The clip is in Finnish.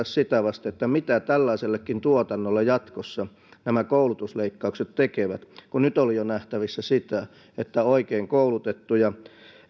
sitä vasten että mitä tällaisellekin tuotannolle jatkossa nämä koulutusleikkaukset tekevät kun nyt oli jo nähtävissä sitä että oikein koulutettuja